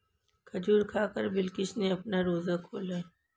खजूर खाकर बिलकिश ने अपना रोजा खोला